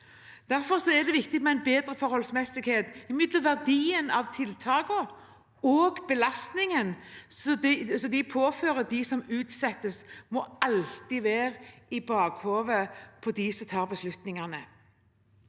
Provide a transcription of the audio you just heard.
Derfor er det viktig med en bedre forholdsmessighet mellom verdien av tiltakene og belastningen det påfører dem som utsettes – det må alltid være i bakhodet til dem som tar beslutningene.